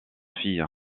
fille